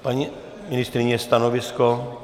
Paní ministryně, stanovisko?